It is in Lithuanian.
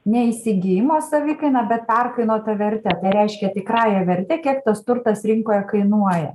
ne įsigijimo savikaina bet perkainota verte tai reiškia tikrąja verte kiek tas turtas rinkoje kainuoja